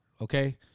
okay